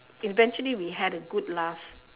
eventually we had a good laugh